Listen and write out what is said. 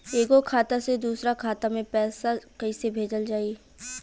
एगो खाता से दूसरा खाता मे पैसा कइसे भेजल जाई?